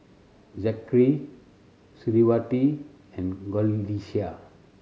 Zikri Suriawati and Qalisha